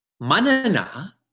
Manana